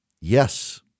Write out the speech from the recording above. yes